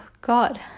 god